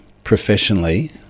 professionally